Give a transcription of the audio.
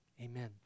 Amen